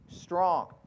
strong